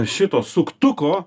šito suktuko